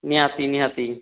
ନିହାତି ନିହାତି